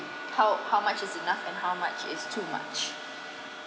how how much is enough and how much is too much